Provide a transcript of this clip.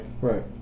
right